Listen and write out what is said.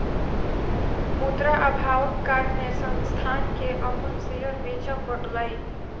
मुद्रा अभावक कारणेँ संस्थान के अपन शेयर बेच पड़लै